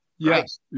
Yes